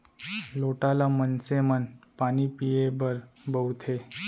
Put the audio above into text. लोटा ल मनसे मन पानी पीए बर बउरथे